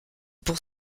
pour